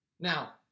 Now